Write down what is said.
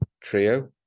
trio